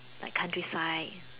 like countryside